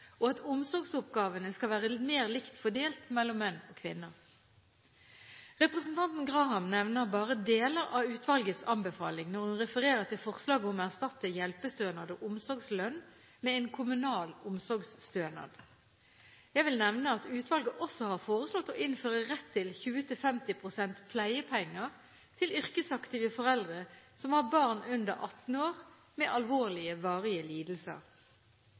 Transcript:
og at omsorgsoppgavene skal være mer likt fordelt mellom menn og kvinner. Representanten Graham nevner bare deler av utvalgets anbefaling når hun refererer til forslaget om å erstatte hjelpestønad og omsorgslønn med en kommunal omsorgsstønad. Jeg vil nevne at utvalget også har foreslått å innføre rett til 20–50 pst. pleiepenger til yrkesaktive foreldre som har barn under 18 år med alvorlige varige lidelser.